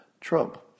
Trump